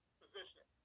position